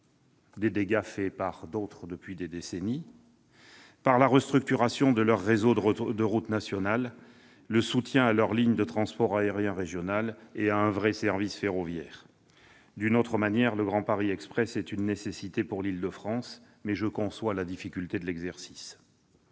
des dégâts qu'elles ont subis depuis des décennies- droit, donc, à la restructuration de leur réseau de routes nationales, au soutien à leurs lignes de transport aérien régional, et à un vrai service ferroviaire. D'une autre manière, le Grand Paris Express est une nécessité pour l'Île-de-France. Mais je conçois la difficulté de l'exercice.